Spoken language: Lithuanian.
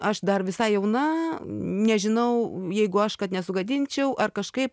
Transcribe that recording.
aš dar visai jauna nežinau jeigu aš kad nesugadinčiau ar kažkaip